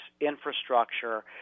infrastructure